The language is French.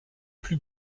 plus